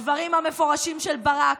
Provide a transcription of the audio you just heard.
הדברים המפורשים של ברק,